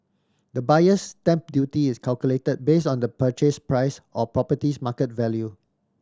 the Buyer's Stamp Duty is calculated based on the purchase price or property's market value